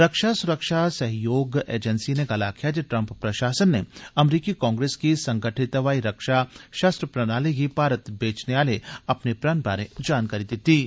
रक्षा सुरक्षा सहयोग एजैंसी नै कल आक्खेया जे ट्रम्प प्रशासन नै अमरीकी कांग्रेस गी संगठित हवाई रक्षा शस्त्र प्रणाली गी भारत गी बेचने आले अपने प्रण बारै जानकारी दिती ऐ